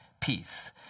peace